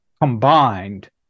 combined